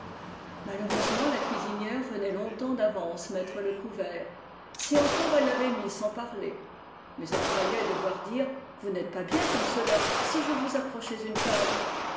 malheureusement la cuisinière venait longtemps d'avance mettre le couvert si encore elle l'avait mis sans parler mais elle croyait devoir dire vous n'êtes pas bien comme cela si je vous approchais une table